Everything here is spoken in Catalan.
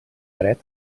dret